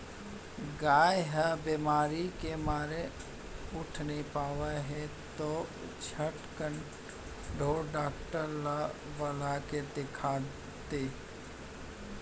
गाय ह बेमारी के मारे उठ नइ पावत हे त झटकन ढोर डॉक्टर ल बला के देखा दे